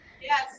Yes